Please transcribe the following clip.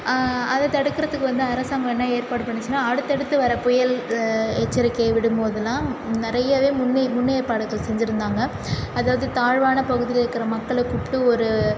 அதை தடுக்குறத்துக்கு வந்து அரசாங்கம் என்ன ஏற்பாடு பண்ணுச்சுன்னா அடுத்தடுத்து வர்ற புயல் எச்சரிக்கை விடும்போதுலாம் நிறையவே முன்னே முன்னேற்பாடுகள் செஞ்சுருந்தாங்க அதாவது தாழ்வான பகுதியில இருக்கிற மக்கள கூப்பிட்டு ஒரு